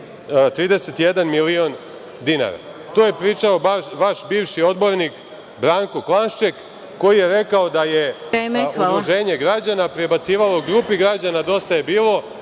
31 milion dinara? To je pričao vaš bivši odbornik Branko Klanšček, koji je rekao da je Udruženje građana prebacivalo Grupi građana „Dosta je bilo“